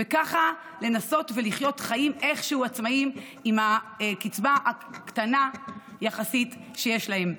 וככה לנסות ולחיות חיים איכשהו עצמאיים עם הקצבה הקטנה יחסית שיש להם.